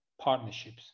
partnerships